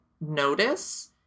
notice